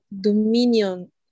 dominion